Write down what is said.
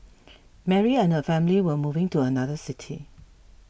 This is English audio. Mary and her family were moving to another city